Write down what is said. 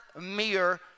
mere